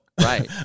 Right